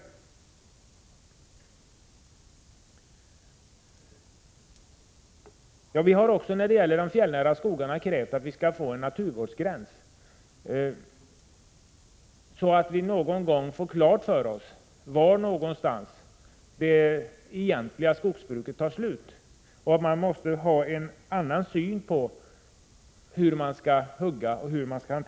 Från centerns sida har vi också när det gäller de fjällnära skogarna krävt att få en naturvårdsgräns, så att det blir klarlagt var någonstans det egentliga skogsbruket tar slut, och man måste ha en annan syn på hur man skall hugga och hantera skogen.